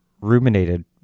ruminated